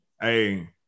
Hey